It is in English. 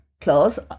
clause